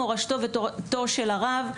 מורשתו ותורתו של הרב,